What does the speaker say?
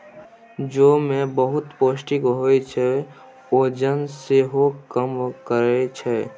जौ मे बहुत पौष्टिक होइ छै, ओजन सेहो कम करय छै